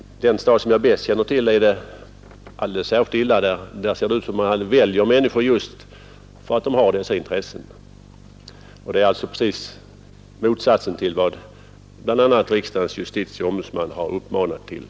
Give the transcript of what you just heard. I den stad som jag bäst känner till är det alldeles särskilt illa. Där ser det ut som om man valde människor just på grund av att de har sådana intressen. Det är ju precis motsatsen till vad bl.a. riksdagens justitieombudsman uppmanat till.